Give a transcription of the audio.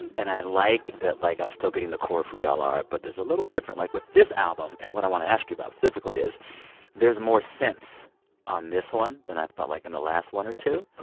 and i like that, like, i'm still getting the core of who y'all are, but it's a little different. like, with this album, and what i want to ask you about specifically, is there's more synths on this one than i felt like in the last one or two,